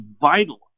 vital